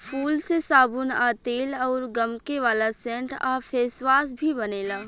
फूल से साबुन आ तेल अउर गमके वाला सेंट आ फेसवाश भी बनेला